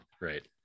right